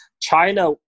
China